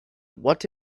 what